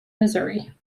missouri